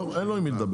אין לו עם מי לדבר.